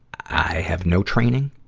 i have no training.